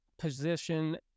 position